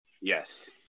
Yes